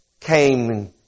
came